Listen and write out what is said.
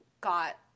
got